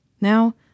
Now